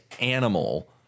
animal